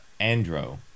Andro